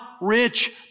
rich